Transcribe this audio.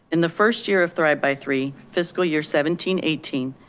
in the first year of thrive by three fiscal year seventeen eighteen.